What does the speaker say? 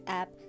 app